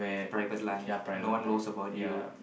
private life no one knows about you